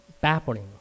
babbling